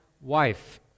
wife